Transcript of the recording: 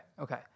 okay